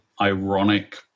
ironic